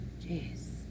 Jeez